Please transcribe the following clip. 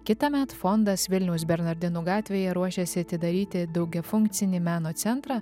kitąmet fondas vilniaus bernardinų gatvėje ruošiasi atidaryti daugiafunkcinį meno centrą